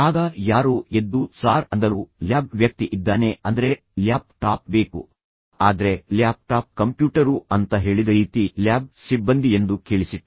ಆಗ ಯಾರೋ ಎದ್ದು ಸಾರ್ ಅಂದರು ಲ್ಯಾಬ್ ವ್ಯಕ್ತಿ ಇದ್ದಾನೆ ಅಂದ್ರೆ ಲ್ಯಾಪ್ ಟಾಪ್ ಬೇಕು ಆದ್ರೆ ಲ್ಯಾಪ್ ಟಾಪ್ ಕಂಪ್ಯೂಟರು ಅಂತ ಹೇಳಿದ ರೀತಿ ಲ್ಯಾಬ್ ಸಿಬ್ಬಂದಿ ಎಂದು ಕೇಳಿಸಿತ್ತು